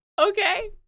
Okay